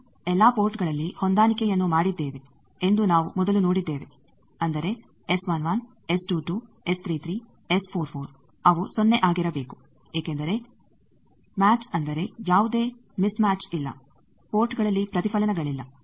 ನಾವು ಎಲ್ಲಾ ಪೋರ್ಟ್ಗಳಲ್ಲಿ ಹೊಂದಾಣಿಕೆಯನ್ನು ಮಾಡಿದ್ದೇವೆ ಎಂದು ನಾವು ಮೊದಲು ನೋಡಿದ್ದೇವೆ ಅಂದರೆ ಅವು ಸೊನ್ನೆ ಆಗಿರಬೇಕು ಏಕೆಂದರೆ ಮ್ಯಾಚ್ ಅಂದರೆ ಯಾವುದೇ ಮಿಸ್ ಮ್ಯಾಚ್ ಇಲ್ಲ ಪೋರ್ಟ್ಗಳಲ್ಲಿ ಪ್ರತಿಫಲನಗಳಿಲ್ಲ